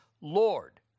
Lord